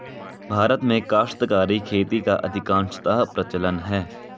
भारत में काश्तकारी खेती का अधिकांशतः प्रचलन है